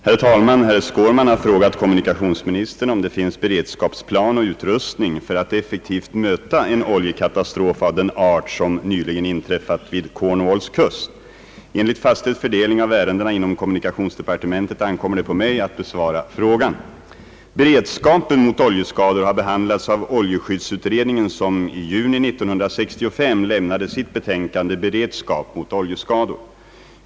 Herr talman! Herr Skårman har frågat kommunikationsministern om det finns beredskapsplan och utrustning för att effektivt möta en oljekatastrof av den art som nyligen inträffat vid Cornwalls kust. Enligt fastställd fördelning av ärendena inom kommunikationsdepartementet ankommer det på mig att besvara frågan. Beredskapen mot oljeskador har behandlats av oljeskyddsutredningen som i juni 1965 lämnade sitt betänkande »Beredskap mot oljeskador».